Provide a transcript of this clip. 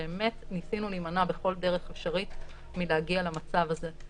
באמת ניסינו להימנע בכל דרך אפשרית מלהגיע למצב הזה.